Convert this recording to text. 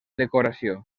decoració